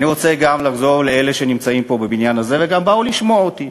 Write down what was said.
אני רוצה גם לחזור לאלה שנמצאים פה בבניין הזה וגם באו לשמוע אותי.